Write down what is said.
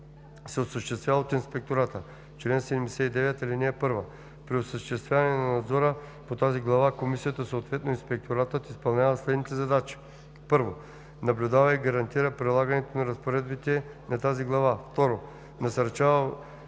осъществява от инспектората. Чл. 79. (1) При осъществяване на надзора по тази глава комисията, съответно инспекторатът изпълнява следните задачи: 1. наблюдава и гарантира прилагането на разпоредбите на тази глава; 2. насърчава